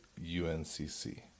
UNCC